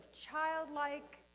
childlike